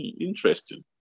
interesting